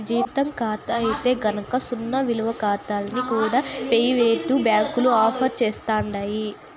జీతం కాతా అయితే గనక సున్నా నిలవ కాతాల్ని కూడా పెయివేటు బ్యాంకులు ఆఫర్ సేస్తండాయి